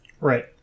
Right